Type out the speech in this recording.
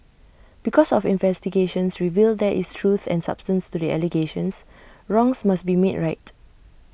because of investigations reveal there is truth and substance to the allegations wrongs must be made right